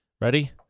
Ready